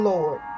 Lord